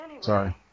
sorry